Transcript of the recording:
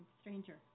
stranger